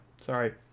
Sorry